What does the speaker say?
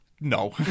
No